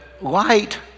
light